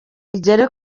igere